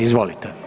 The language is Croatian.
Izvolite.